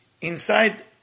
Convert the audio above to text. inside